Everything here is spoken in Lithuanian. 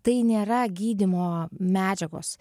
tai nėra gydymo medžiagos